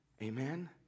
Amen